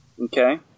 Okay